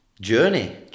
journey